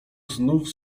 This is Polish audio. znów